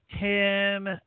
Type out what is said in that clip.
Tim